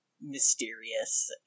mysterious